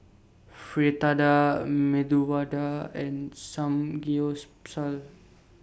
Fritada Medu Vada and Samgyeopsal